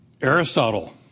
Aristotle